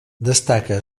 destaca